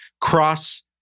cross